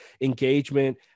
engagement